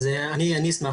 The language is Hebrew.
אני אשמח